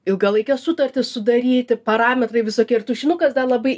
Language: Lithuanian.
ilgalaikes sutartis sudaryti parametrai visokie ir tušinukas dar labai